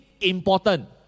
important